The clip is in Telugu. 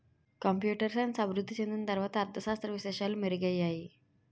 కంప్యూటర్ సైన్స్ అభివృద్ధి చెందిన తర్వాత అర్ధ శాస్త్ర విశేషాలు మెరుగయ్యాయి